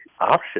option